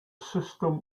system